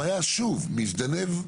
הבעיה, שוב, מזדנב,